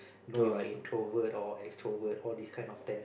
you know you are introvert or extrovert all these kind of test